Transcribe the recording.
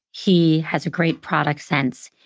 he has a great product sense.